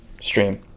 stream